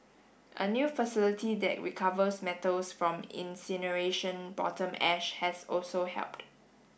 a new facility that recovers metals from incineration bottom ash has also helped